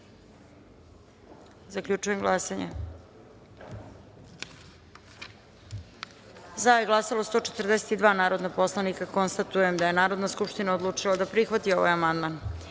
izjasne. Zaključujem glasanje: za je glasalo 142 narodna poslanika. Konstatujem da je Narodna skupština odlučila da prihvati ovaj amandman. Na